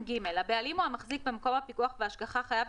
(ג)הבעלים או המחזיק במקום הפיקוח וההשגחה חייב